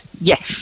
yes